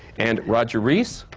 and roger rees,